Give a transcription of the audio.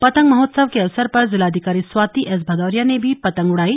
पतंग महोत्सव के अवसर पर जिलाधिकारी स्वाति एस भदौरिया ने भी पतंग उड़ाई